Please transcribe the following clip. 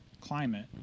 climate